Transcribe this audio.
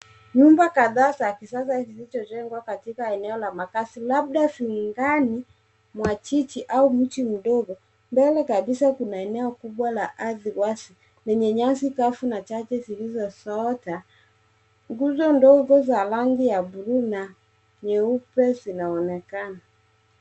Nyumba kadhaa za kisasa zilizojengwa kwenye eneo ya makazi labda ndani mwa jiji au mji mdogo. Mbele kabisa kuna eneo kubwa la ardhi wazi lenye nyasi kavu na chache zilizoota. Nguzo ndogo za rangi ya buluu na nyeupe zinaonekana.